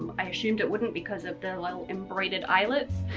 i assumed it wouldn't because of the little embroidered eyelets.